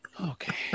Okay